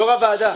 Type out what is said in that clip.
יושב-ראש הוועדה,